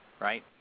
right